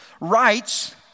writes